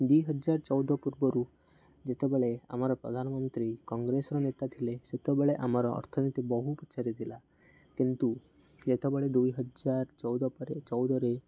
ଦୁଇହଜାର ଚଉଦ ପୂର୍ବରୁ ଯେତେବେଳେ ଆମର ପ୍ରଧାନମନ୍ତ୍ରୀ କଂଗ୍ରେସର ନେତା ଥିଲେ ସେତେବେଳେ ଆମର ଅର୍ଥନୀତି ବହୁ ପଛରେ ଥିଲା କିନ୍ତୁ ଯେତେବେଳେ ଦୁଇହଜାର ଚଉଦ ପରେ ଚଉଦରେ